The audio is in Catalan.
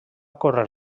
córrer